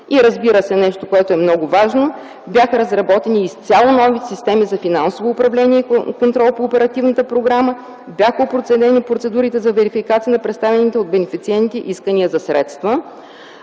Разбира се, нещо много важно: бяха разработени изцяло нови системи за финансово управление и контрол по оперативната програма. Бяха преоценени процедурите за верификация на представените от бенефициентите искания за средства.